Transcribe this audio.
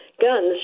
guns